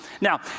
Now